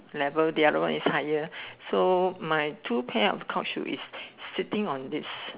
level the other one is higher so my two pair of court shoe is sitting on this